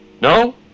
No